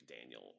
Daniel